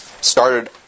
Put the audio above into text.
started